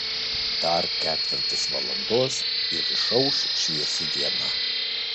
dar ketvirtis valandos ir išauš šviesi diena